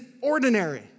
ordinary